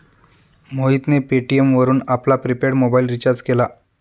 मोहितने पेटीएम वरून आपला प्रिपेड मोबाइल रिचार्ज केला